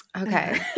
Okay